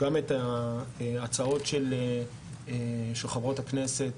גם את הצעות חברות הכנסת: